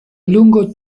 lungo